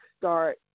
start